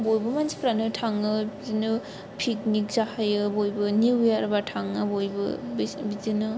बयबो मोनसिफ्रानो थाङो बिदिनो पिकनिक जाहैयो बयबो निउयारबा थाङो बयबो बिसनो बिदिनो